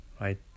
right